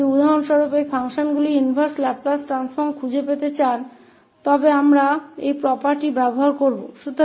उदाहरण के लिए यदि आप इन फंक्शन के प्रतिलोम लाप्लास परिवर्तन को खोजना चाहते हैं और फिर से हम इस property को लागू करेंगे